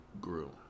grew